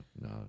No